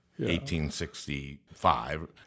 1865